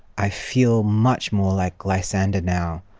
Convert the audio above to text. i feel much more like lysander now.